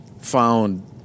Found